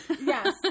Yes